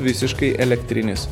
visiškai elektrinis